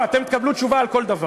אתם תקבלו תשובה על כל דבר.